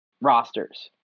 rosters